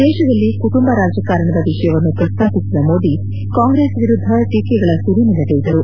ದೇಶದಲ್ಲಿ ಕುಟುಂಬ ರಾಜಕಾರಣದ ವಿಷಯವನ್ನು ಪ್ರಸ್ತಪಿಸಿದ ಮೋದಿ ಕಾಂಗ್ರೆಸ್ ವಿರುದ್ಧ ಟೀಕೆಗಳ ಸುರಿಮಳೆಗರೆದರು